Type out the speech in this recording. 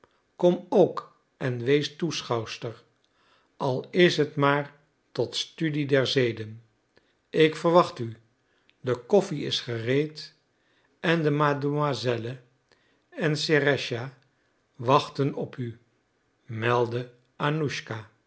kom ook en wees toeschouwster al is het maar tot studie der zeden ik verwacht u de koffie is gereed en de mademoiselle en serëscha wachten op u meldde